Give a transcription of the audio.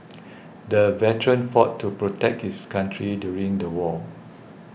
the veteran fought to protect his country during the war